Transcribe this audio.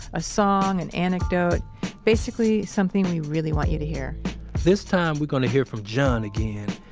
a song, an anecdote basically, something we really want you to hear this time, we're gonna hear from john again.